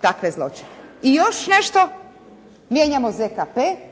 takve zločine. I još nešto mijenjamo ZKP.